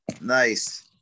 Nice